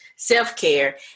self-care